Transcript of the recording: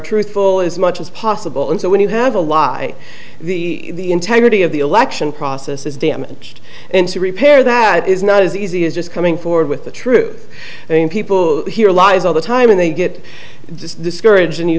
truthful as much as possible and so when you have a lot i the integrity of the election process is damaged and to repair that is not as easy as just coming forward with the truth i mean people hear lies all the time and they get discourag